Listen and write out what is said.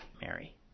Mary